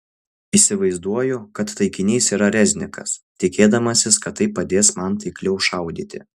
įsivaizduoju kad taikinys yra reznikas tikėdamasis kad tai padės man taikliau šaudyti